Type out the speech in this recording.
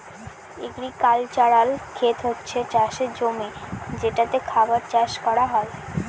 agricultural খেত হচ্ছে চাষের জমি যেটাতে খাবার চাষ করা হয়